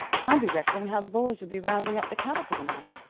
i'd be reckoning how the boys would be rounding up the cattle for the night,